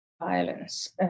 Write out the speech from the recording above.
violence